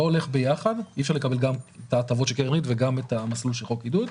אי אפשר לקבל גם את ההטבות של קרן ריט וגם את המסלול של חוק עידוד.